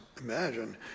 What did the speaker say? imagine